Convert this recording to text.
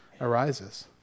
arises